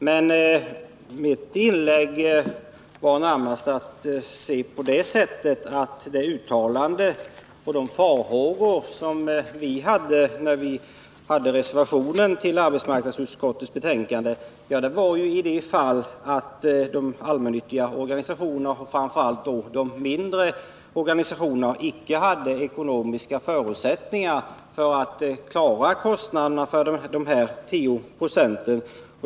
Men med mitt inlägg ville jag närmast peka på att de farhågor vi uttalade i vår reservation till arbetsmarknadsutskottets betänkande gällde de fall då framför allt de mindre organisationerna icke har ekonomiska förutsättningar att klara kostnaderna för de 10 procenten.